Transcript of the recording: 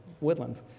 Woodland